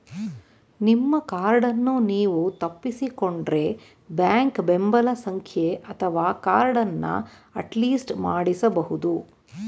ನಿಮ್ಮ ಕಾರ್ಡನ್ನು ನೀವು ತಪ್ಪಿಸಿಕೊಂಡ್ರೆ ಬ್ಯಾಂಕ್ ಬೆಂಬಲ ಸಂಖ್ಯೆ ಅಥವಾ ಕಾರ್ಡನ್ನ ಅಟ್ಲಿಸ್ಟ್ ಮಾಡಿಸಬಹುದು